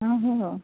ओहो